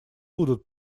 будут